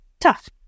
tough